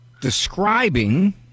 describing